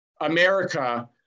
America